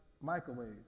microwave